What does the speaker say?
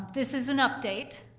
this is an update,